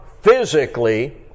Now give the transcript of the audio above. physically